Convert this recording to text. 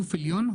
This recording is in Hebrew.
גוף עליון,